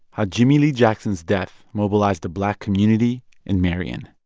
how jimmie lee jackson's death mobilized the black community in marion